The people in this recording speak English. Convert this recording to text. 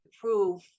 prove